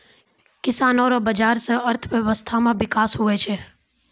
किसानो रो बाजार से अर्थव्यबस्था मे बिकास हुवै छै